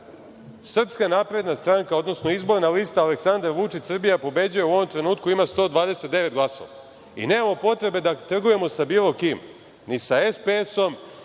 Srpska napredna stranka, odnosno izborna lista Aleksandar Vučić – „Srbija pobeđuje“ u ovom trenutku ima 129 glasova i nema potrebe da trgujemo sa bilo kim, ni sa SPS-om,